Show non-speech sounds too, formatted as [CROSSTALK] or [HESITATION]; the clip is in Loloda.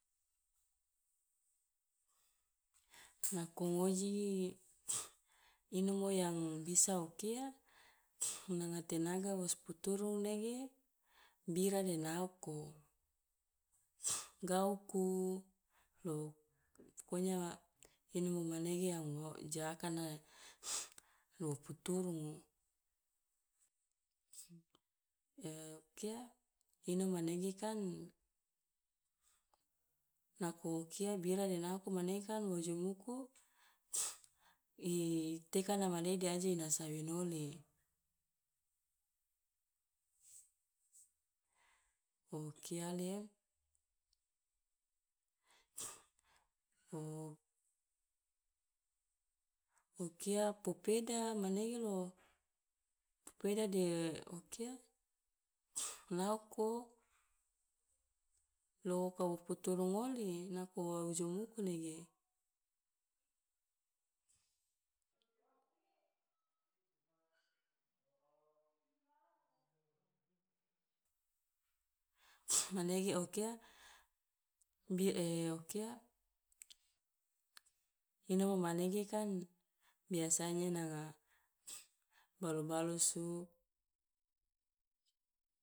[NOISE] nako ngoji [NOISE] inomo yang bisa wo kia [NOISE] nanga tenaga wo siputuru nege bira de naoko [NOISE] gauku, lo pokonya inomo manege yang wo ja akana [NOISE] lo puturungu [NOISE] [HESITATION] kia inomo manege kan nako kia bira de naoko mane kan lo ojomuku [NOISE] i tekana mane de aje ina sawinoli. O kia le [NOISE] [HESITATION] o kia popeda manege lo popeda de o kia [NOISE] lauko lo woka puturung oli nako wa ojomuku nege [NOISE] [NOISE] manege o kia bi [HESITATION] o kia inomo manege kan biasanya nanga [NOISE] balu balusu